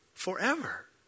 forever